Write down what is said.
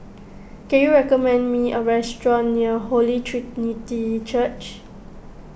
can you recommend me a restaurant near Holy Trinity Church